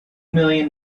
million